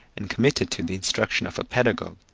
and committed to the instruction of a pedagogue,